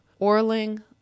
Orling